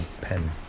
pen